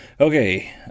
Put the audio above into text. Okay